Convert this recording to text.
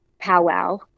powwow